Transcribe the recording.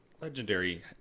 Legendary